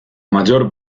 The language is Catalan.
major